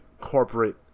corporate